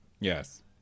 Yes